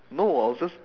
no I was just